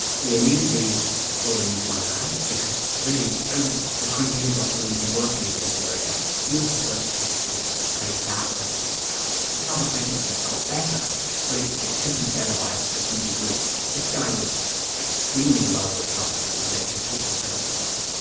we immediately brought him into my lab because really over the twenty years or so we've been working in this area, he was the first patient who has made that level of recovery. i've had other patients that have got better but it's it's typically better by a few degrees. this guy was extremely well recovered and he was able to talk to us over the phone.